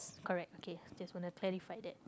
correct okay just want to clarify that